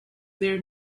their